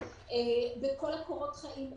בכל קורות החיים,